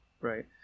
right